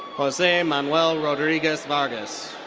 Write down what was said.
jose manuel rodriguez vargas.